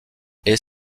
est